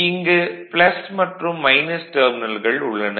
இங்கு மற்றம் டெர்மினல்கள் உள்ளன